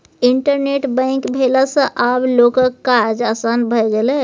internet bank भेला सँ आब लोकक काज आसान भए गेलै